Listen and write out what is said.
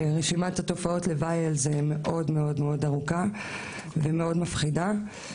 רשימת התופעות לוואי על זה מאוד מאוד ארוכה ומאוד מפחידה.